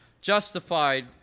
justified